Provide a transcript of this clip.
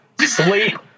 sleep